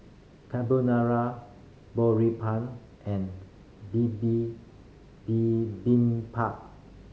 Carbonara and